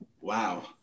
Wow